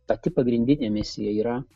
pati pagrindinė misija yra